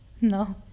No